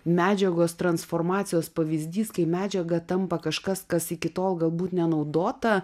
medžiagos transformacijos pavyzdys kai medžiaga tampa kažkas kas iki tol galbūt nenaudota